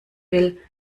will